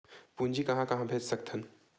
पूंजी कहां कहा भेज सकथन?